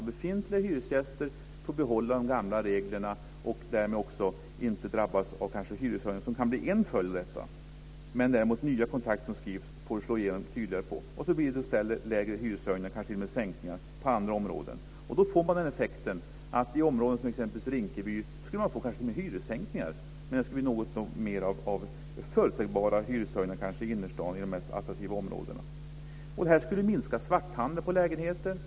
Befintliga hyresgäster får alltså behålla de gamla reglerna och därmed inte drabbas av hyreshöjningar, som kan bli en följd av detta. Däremot kommer det att slå igenom på nya kontrakt. I stället blir det mindre hyreshöjningar och kanske t.o.m. sänkningar, på andra områden. Då får man effekten att det i områden som exempelvis Rinkeby kanske skulle bli hyressänkningar, medan det kanske blir förutsägbara hyreshöjningar i de mest attraktiva områdena i innerstaden. Det skulle minska svarthandeln med lägenheter.